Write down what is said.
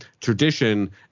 tradition